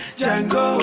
jango